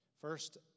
First